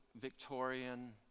Victorian